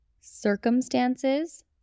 Circumstances